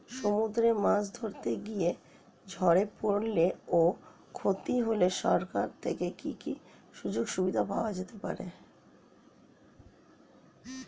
সমুদ্রে মাছ ধরতে গিয়ে ঝড়ে পরলে ও ক্ষতি হলে সরকার থেকে কি সুযোগ সুবিধা পেতে পারি?